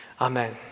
Amen